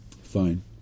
fine